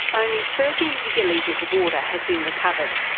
only thirteen gigalitres of water has been recovered.